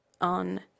on